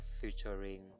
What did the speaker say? featuring